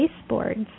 baseboards